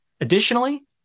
Additionally